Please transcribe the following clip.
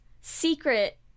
secret